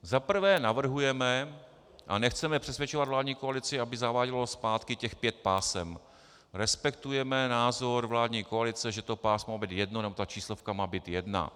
Za prvé navrhujeme, a nechceme přesvědčovat vládní koalici, aby zaváděla zpátky těch pět pásem, respektujeme názor vládní koalice, že to pásmo má být jedno, nebo ta číslovka má být jedna.